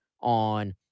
on